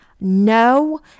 no